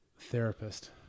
therapist